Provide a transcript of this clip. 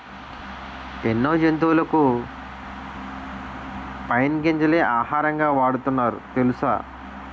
ఎన్నో జంతువులకు పైన్ గింజలే ఆహారంగా వాడుతున్నారు తెలుసా?